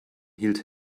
hielt